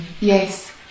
Yes